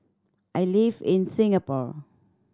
I live in Singapore